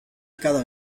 cada